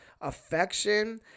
affection